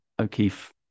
O'Keefe